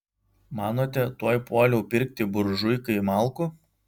manote tuoj puoliau pirkti buržuikai malkų